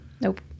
Nope